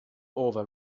over